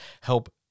help